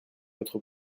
votre